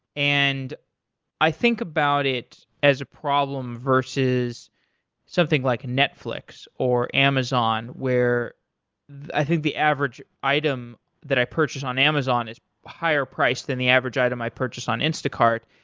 and i think about it as a problem versus something like netflix or amazon where i think the average item that i purchase on amazon is higher price than the average item i purchased on instacart.